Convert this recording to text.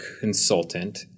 consultant